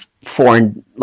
foreign